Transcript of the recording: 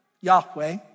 Yahweh